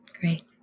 Great